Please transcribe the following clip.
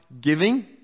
giving